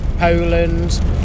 Poland